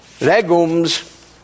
legumes